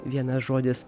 vienas žodis